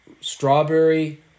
strawberry